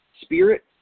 spirit